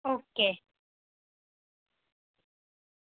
okay